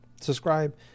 Subscribe